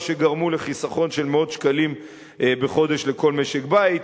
שגרמו לחיסכון של מאות שקלים בחודש לכל משק-בית,